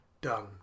done